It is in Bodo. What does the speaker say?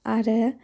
आरो